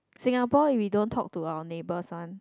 Singapore we don't talk to our neighbors one